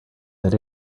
that